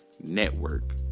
network